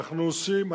אנחנו עושים,